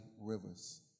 rivers